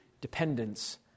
dependence